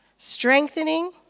strengthening